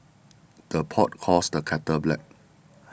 the pot calls the kettle black